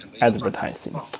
advertising